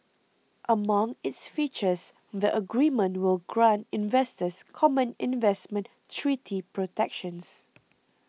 among its features the agreement will grant investors common investment treaty protections